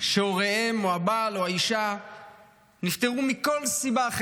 שהוריהם או הבעל או האישה נפטרו מכל סיבה: